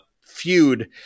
feud